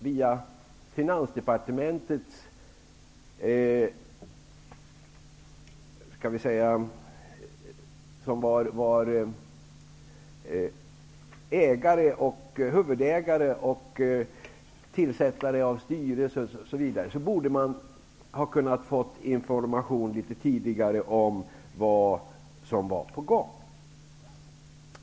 Via Finansdepartementet, som var så att säga del och huvudägare samt tillsättare av styrelser, borde man litet tidigare ha kunnat få information om vad som var på gång.